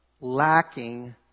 lacking